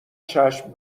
چشم